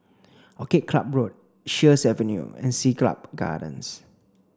Orchid Club Road Sheares Avenue and Siglap Gardens